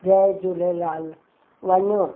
जय झूलेलाल वञो